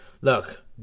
look